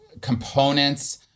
components